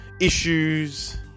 issues